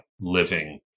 living